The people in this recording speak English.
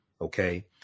Okay